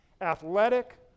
athletic